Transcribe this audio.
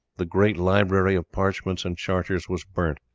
the great library of parchments and charters was burnt.